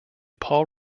paul